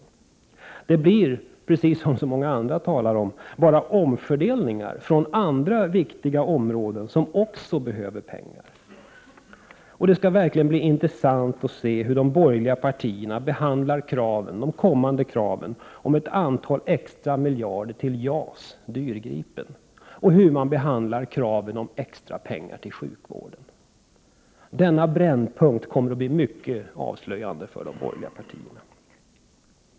Det blir bara, som så många andra talar om, omfördelningar från andra viktiga områden som också behöver pengar. Och det skall verkligen bli intressant att se hur de borgerliga partierna behandlar de kommande kraven om ett antal extra miljarder till ”JAS-Dyrgripen” och kraven på extra pengar till sjukvården. Denna brännpunkt kommer att bli mycket avslöjande för de borgerliga partierna.